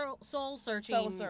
soul-searching